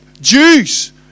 Jews